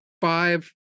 five